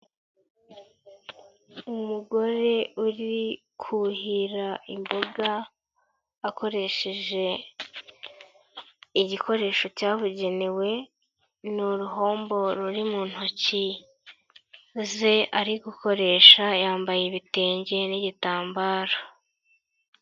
Umugore uri kuhira imboga akoresheje igikoresho cyabugenewe, ni uruhombo ruri mu ntoki ze ari gukoresha, yambaye ibitenge n'igitambaro.